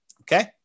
Okay